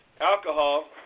alcohol